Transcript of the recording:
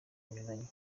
binyuranye